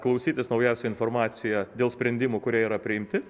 klausytis naujausią informaciją dėl sprendimų kurie yra priimti